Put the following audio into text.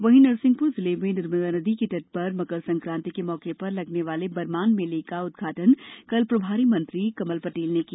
वहीं नरसिंहपुर जिले में नर्मदा नदी के तट पर मकर सकांति के मौके पर लगने वाले बरमान मेले का उद्घाटन कल प्रभारी मंत्री कमल पटेल ने किया